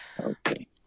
Okay